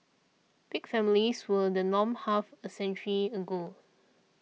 big families were the norm half a century ago